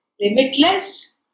limitless